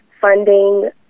funding